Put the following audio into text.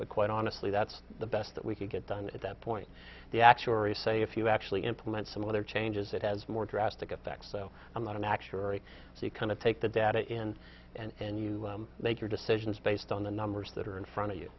but quite honestly that's the best that we could get done at that point the actuaries say if you actually implement some other changes it has more drastic effect so i'm not an actuary so you kind of take the data in and you make your decisions based on the numbers that are in front of you